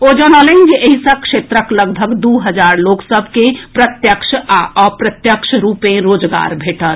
ओ जनौलनि जे एहि सँ क्षेत्रक लगभग दू हजार लोक सभ के प्रत्यक्ष आ अप्रत्यक्ष रूपे रोजगार भेटत